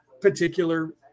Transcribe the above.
particular